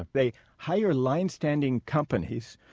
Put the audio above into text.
they hire line-standing companies,